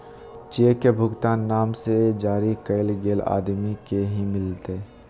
cheque के भुगतान नाम से जरी कैल गेल आदमी के ही मिलते